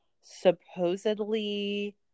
supposedly –